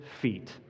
feet